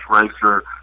racer